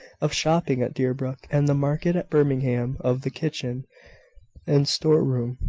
of shopping at deerbrook, and the market at birmingham of the kitchen and store-room,